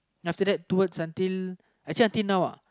then after that towards until actually until now uh